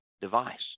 device